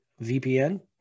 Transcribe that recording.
VPN